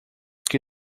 que